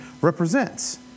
represents